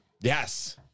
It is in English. Yes